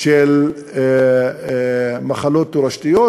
של המחלות התורשתיות,